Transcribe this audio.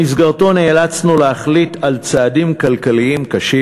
במסגרתו נאלצנו להחליט על צעדים כלכליים קשים.